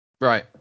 Right